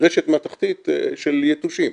מתכתית של יתושים,